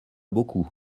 beaucoup